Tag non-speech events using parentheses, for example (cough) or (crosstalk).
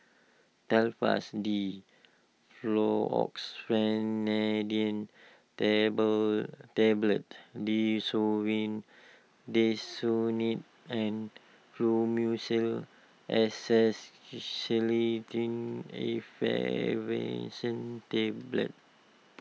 Telfast D (unintelligible) table Tablets Desowen Desonide and Fluimucil (unintelligible) Effervescent Tablets